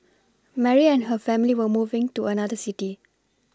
Mary and her family were moving to another city